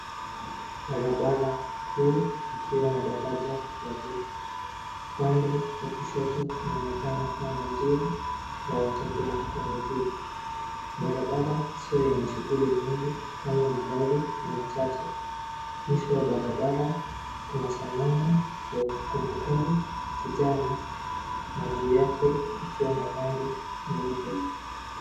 Barabara, kuu, ikiwa na daraja la juu. Upande wa kushoto kunaoneka kuwa na njia, ya watembea kwa miguu. Barabara sio yenye shughuli nyingi kwani magari ni machache. Mwisho wa barabara, kuna sanamu ya kumbukumbu, kijani, na juu yake ikiwa na rangi, nyeupe.